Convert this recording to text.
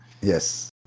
Yes